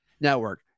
Network